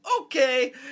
okay